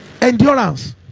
endurance